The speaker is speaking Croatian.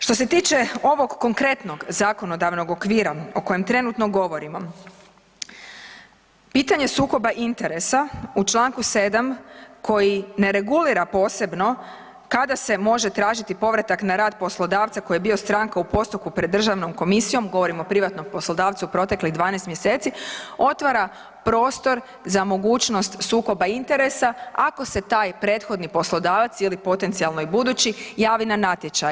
Što se tiče ovog konkretnog zakonodavnog okvira o kojem trenutno govorimo, pitanje sukoba interesa u Članku 7. koji ne regulira posebno kada se može tražiti povratak na rad poslodavca koji je bio stranka u postupku pred državnom komisijom govorim o privatnom poslodavcu u proteklih 12 mjeseci, otvara prostor za mogućnost sukoba interesa ako se taj prethodni poslodavac ili potencijalno i budući javni na natječaj.